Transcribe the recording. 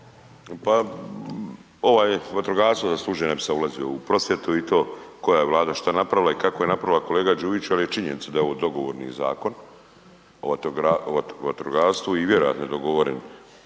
Pa ovaj, vatrogastvo zaslužuje, ne bi sad ulazio u prosvjetu i to koja je Vlada šta napravila i kako je napravila kolega Đujiću, al je činjenica da je ovo dogovorni Zakon o vatrogastvu i vjerojatno je dogovoren,